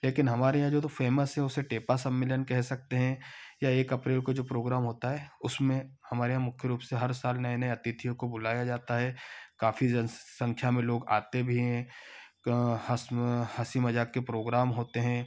लेकिन हमारे यहाँ जो तो फेमस है उसे टेपा सम्मेलन कह सकते हैं या एक अप्रैल को जो प्रोग्राम होता है उसमें हमारे यहाँ मुख्य रूप से हर साल नए नए अतिथियों को बुलाया जाता है काफी जनसंख्या में लोग आते भी हैं हँसी मजाक के प्रोग्राम होते हैं